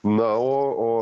na o o